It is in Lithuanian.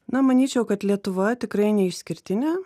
na manyčiau kad lietuva tikrai neišskirtinė